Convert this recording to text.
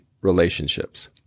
relationships